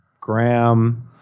Graham